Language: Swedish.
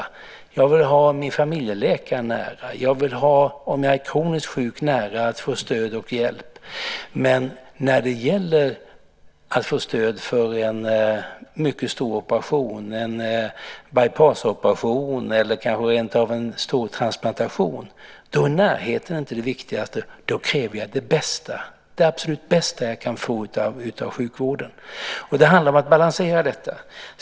Jag vill ha min familjeläkare nära. Jag vill, om jag är kroniskt sjuk, ha nära till att få stöd och hjälp. Men när det gäller att få stöd för en mycket stor operation, till exempel en by-passoperation eller kanske rentav en stor transplantation, då är närheten inte det viktigaste. Då kräver jag det bästa, det absolut bästa jag kan få av sjukvården. Det handlar om att balansera detta.